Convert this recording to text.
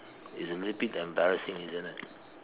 it's a little bit embarrassing isn't it